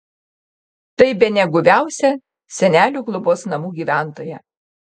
tai bene guviausia senelių globos namų gyventoja